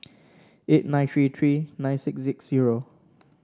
eight nine three three nine six six zero